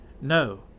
No